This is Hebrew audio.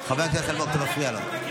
אלמוג, חבר הכנסת אלמוג, אתה מפריע לו.